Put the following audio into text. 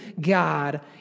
God